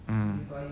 mm